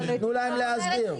תנו להם להסביר.